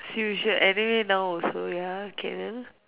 you should anyway now also ya okay